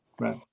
Right